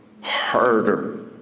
harder